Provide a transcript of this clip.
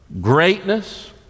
greatness